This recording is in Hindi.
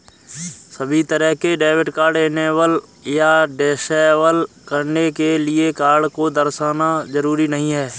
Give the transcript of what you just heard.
सभी तरह के डेबिट कार्ड इनेबल या डिसेबल करने के लिये कार्ड को दर्शाना जरूरी नहीं है